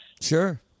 Sure